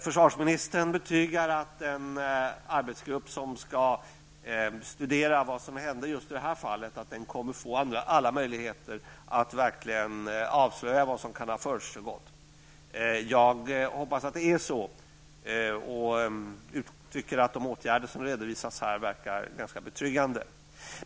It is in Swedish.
Försvarsministern betygar att den arbetsgrupp som skall studera vad som hände just i det här fallet kommer att få alla möjligheter att verkligen avslöja vad som kan ha försiggått. Jag hoppas att det är så, och jag tycker att de åtgärder som redovisas här verkar ganska betryggande.